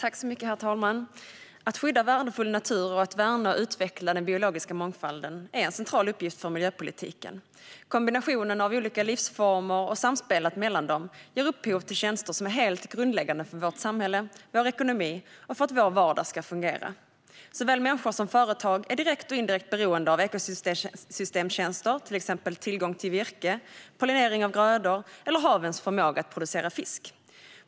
Herr talman! Att skydda värdefull natur och att värna och utveckla den biologiska mångfalden är en central uppgift för miljöpolitiken. Kombinationen av olika livsformer och samspelet mellan dem ger upphov till tjänster som är helt grundläggande för att vårt samhälle, vår ekonomi och vår vardag ska fungera. Såväl människor som företag är direkt och indirekt beroende av ekosystemtjänster. Det handlar till exempel om tillgång till virke, om pollinering av grödor och om havens förmåga att producera fisk.